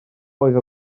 oedd